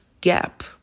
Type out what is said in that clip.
gap